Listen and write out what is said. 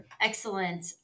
excellent